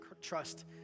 trust